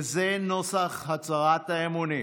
וזה נוסח הצהרת האמונים: